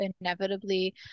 Inevitably